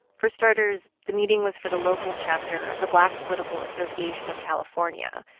for starters, the meeting was for the local chapter of the black political association of california,